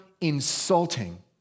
insulting